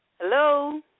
Hello